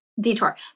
detour